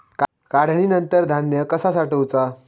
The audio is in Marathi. काढणीनंतर धान्य कसा साठवुचा?